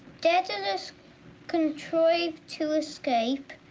daedalus contrived to escape.